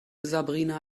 sabrina